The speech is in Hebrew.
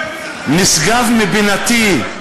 נשגב מבינתי,